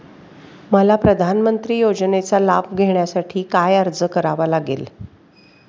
मला प्रधानमंत्री योजनेचा लाभ घेण्यासाठी काय अर्ज करावा लागेल?